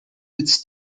its